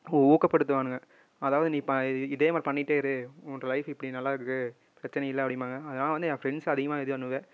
ஊக்கப்படுத்துவானுங்க அதாவது நீ இதேமாதிரி பண்ணிகிட்டே இரு உன் லைஃப்பு இப்படி நல்லாயிருக்கு பிரச்சனை இல்லை அப்படின்பாங்க அதனால் வந்து என் ஃப்ரெண்ட்ஸ் அதிகமாக இது பண்ணுவேன்